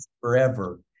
forever